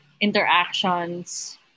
interactions